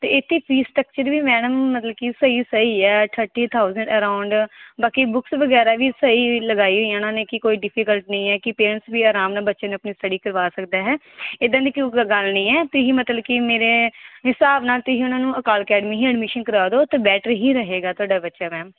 ਅਤੇ ਇੱਥੇ fees structure ਵੀ ਮੈਡਮ ਮਤਲਬ ਕਿ ਸਹੀ ਸਹੀ ਹੈ ਥਰਟੀ ਥਾਊਸੈਂਡ ਅਰਾਊਂਡ ਬਾਕੀ ਬੁੱਕਸ ਵਗੈਰਾ ਵੀ ਸਹੀ ਲਗਾਈ ਹੋਈ ਉਹਨਾਂ ਨੇ ਕਿ ਕੋਈ ਡਿਫੀਕਲਟ ਨਹੀਂ ਹੈ ਕਿ ਪੇਰੈਂਟਸ ਵੀ ਆਰਾਮ ਨਾਲ ਬੱਚੇ ਨੂੰ ਆਪਣੀ ਸਟੱਡੀ ਕਰਵਾ ਸਕਦਾ ਹੈ ਇੱਦਾਂ ਦੀ ਕਿਉਂ ਕੋਈ ਗੱਲ ਨਹੀਂ ਹੈ ਤੁਸੀਂ ਮਤਲਬ ਕਿ ਮੇਰੇ ਹਿਸਾਬ ਨਾਲ ਤੁਸੀਂ ਉਹਨਾਂ ਨੂੰ ਅਕਾਲ ਅਕੈਡਮੀ ਹੀ ਐਡਮਿਸ਼ਨ ਕਰਾ ਦਿਉ ਅਤੇ ਬੈਟਰ ਹੀ ਰਹੇਗਾ ਤੁਹਾਡਾ ਬੱਚਾ ਮੈਮ